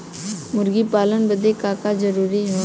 मुर्गी पालन बदे का का जरूरी ह?